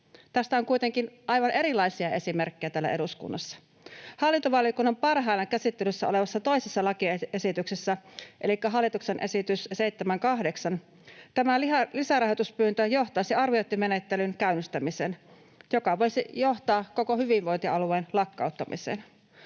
Tästä on kuitenkin aivan erilaisia esimerkkejä täällä eduskunnassa. Hallintovaliokunnan parhaillaan käsittelyssä olevassa toisessa lakiesityksessä elikkä hallituksen esityksessä 78 tämä lisärahoituspyyntö johtaisi arviointimenettelyn käynnistämiseen, joka voisi johtaa koko hyvinvointialueen lakkauttamiseen.